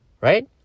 right